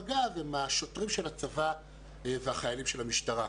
מג"ב הם השוטרים של הצבא והחיילים של המשטרה.